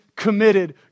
committed